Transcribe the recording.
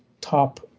top